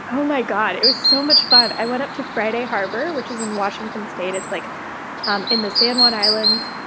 oh my god, it was so much fun. i went up to friday harbor, which is in washington state like um in the san juan islands.